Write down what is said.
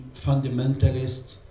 fundamentalist